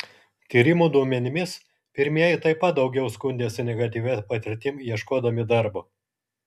tyrimų duomenimis pirmieji taip pat daugiau skundėsi negatyvia patirtimi ieškodami darbo